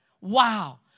Wow